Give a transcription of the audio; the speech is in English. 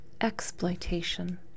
exploitation